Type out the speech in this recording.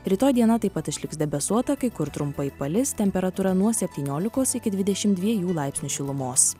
rytoj diena taip pat išliks debesuota kai kur trumpai palis temperatūra nuo septyniolikos iki dvidešim dviejų laipsnių šilumos